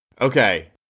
Okay